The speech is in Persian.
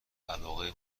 علاقه